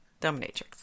Dominatrix